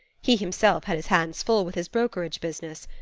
he himself had his hands full with his brokerage business.